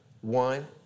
One